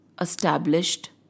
established